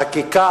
חקיקה